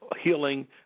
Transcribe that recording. healing